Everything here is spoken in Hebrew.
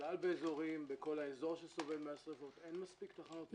בכלל בכל האזור שסובל אין מספיק תחנות ניטור.